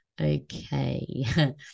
okay